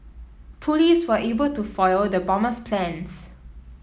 police were able to foil the bomber's plans